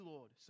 Lord